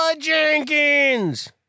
Jenkins